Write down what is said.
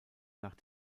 nach